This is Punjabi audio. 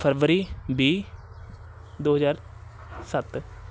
ਫਰਵਰੀ ਵੀਹ ਦੋ ਹਜ਼ਾਰ ਸੱਤ